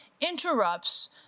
interrupts